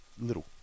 little